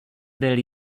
byl